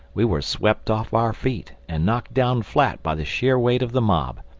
we were swept off our feet and knocked down flat by the sheer weight of the mob.